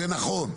זה נכון.